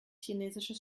chinesisches